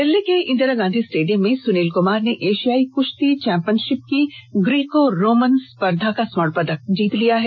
दिल्ली के इंदिरा गांधी स्टेडियम में सुनील कुमार ने एशियाई कुश्ती चैम्पियनशिप की ग्रीको रोमन स्पर्धा का स्वर्ण पदक जीत लिया है